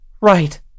Right